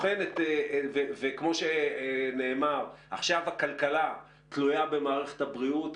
וכמו שנאמר, עכשיו הכלכלה תלויה במערכת הבריאות.